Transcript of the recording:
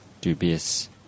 dubious